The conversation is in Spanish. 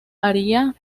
haría